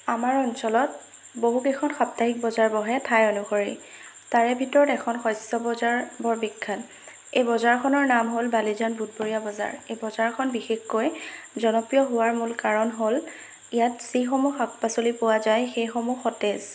আমাৰ অঞ্চলত বহুকেইখন সাপ্তাহিক বজাৰ বহে ঠাই অনুসৰি তাৰে ভিতৰত এখন শস্য বজাৰ বৰ বিখ্যাত এই বজাৰখনৰ নাম হ'ল বালিজন বুধবৰীয়া বজাৰ এই বজাৰখন বিশেষকৈ জনপ্ৰিয় হোৱাৰ মূল কাৰণ হ'ল ইয়াত যিসমূহ শাক পাচলি পোৱা যায় সেইসমূহ সতেজ